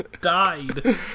died